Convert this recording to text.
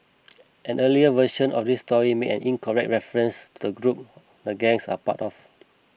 an earlier version of this story made an incorrect reference to the group the gangs are part of